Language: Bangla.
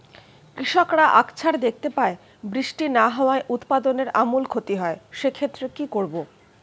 কৃষকরা আকছার দেখতে পায় বৃষ্টি না হওয়ায় উৎপাদনের আমূল ক্ষতি হয়, সে ক্ষেত্রে কি করব?